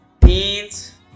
Beans